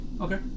Okay